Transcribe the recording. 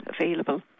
available